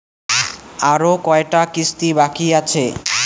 আরো কয়টা কিস্তি বাকি আছে?